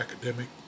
academic